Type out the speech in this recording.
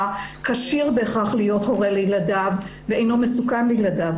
כשיר בהכרח להיות הורה לילדיו ואינו מסוכן לילדיו.